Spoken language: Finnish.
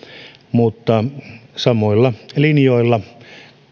mutta ollen samoilla linjoilla